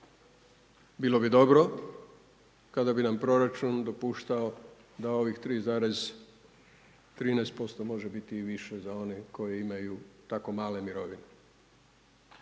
Bilo bi dobro kada bi nam proračun dopuštao da ovih 3,13% može biti i više za one koji imaju tako male mirovine.